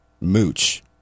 Mooch